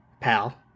Pal